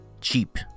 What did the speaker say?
cheap